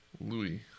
Louis